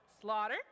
Slaughter